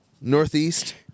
Northeast